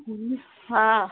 ம் ஆ